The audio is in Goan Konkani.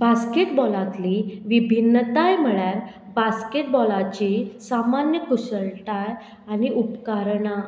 बास्केटबॉलांतली विभिन्नताय म्हळ्यार बास्केटबॉलाची सामान्य कुशळटाय आनी उपकारणां